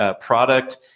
product